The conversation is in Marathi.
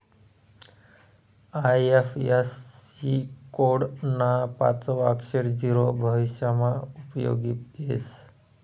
आय.एफ.एस.सी कोड ना पाचवं अक्षर झीरो भविष्यमा उपयोगी येस